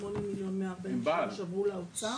38,146,000 עברו לאוצר.